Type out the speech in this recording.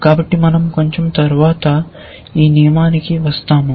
కాబట్టి మనం కొంచెం తరువాత ఈ నియమానికి వస్తాము